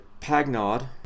Pagnod